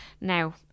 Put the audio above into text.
Now